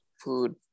food